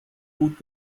gut